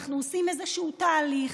אנחנו עושים איזשהו תהליך.